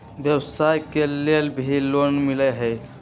व्यवसाय के लेल भी लोन मिलहई?